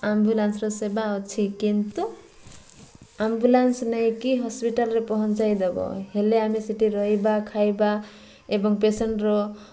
ଆମ୍ବୁଲାନ୍ସର ସେବା ଅଛି କିନ୍ତୁ ଆମ୍ବୁଲାନ୍ସ ନେଇକି ହସ୍ପିଟାଲରେ ପହଞ୍ଚାଇ ଦବ ହେଲେ ଆମେ ସେଠି ରହିବା ଖାଇବା ଏବଂ ପେସେଣ୍ଟର